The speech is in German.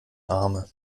arme